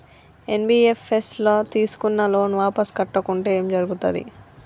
NBFS ల తీస్కున్న loan వాపస్ కట్టకుంటే ఏం జర్గుతది?